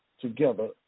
together